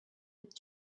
with